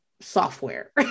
software